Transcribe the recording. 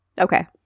Okay